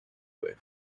with